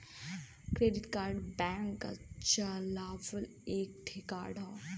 debit card bank क चलावल एक ठे कार्ड हौ